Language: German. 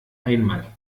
einmal